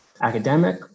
academic